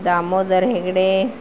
Damodar Hegde